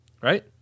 Right